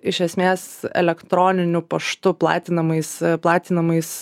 iš esmės elektroniniu paštu platinamais platinamais